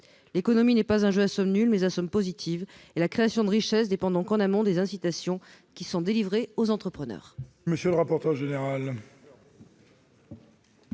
L'économie est un jeu non pas à somme nulle, mais à somme positive. La création de richesses dépend donc, en amont, des incitations qui sont délivrées aux entrepreneurs.